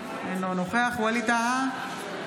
אינו נוכח ווליד טאהא,